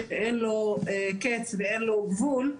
שאין לו קץ ואין לו גבול,